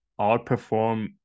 outperform